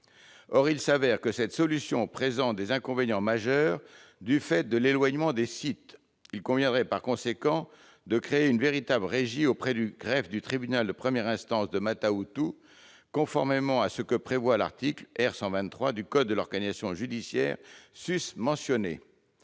Or il s'avère que cette solution présente des inconvénients majeurs du fait de l'éloignement des sites. Il conviendrait par conséquent de créer une véritable régie auprès du greffe du tribunal de première instance de Mata Utu, conformément à ce que prévoit l'article R. 123-20 du code de l'organisation judiciaire. Nous